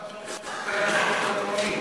למה אתה לא מזכיר את "מעיין החינוך התורני"?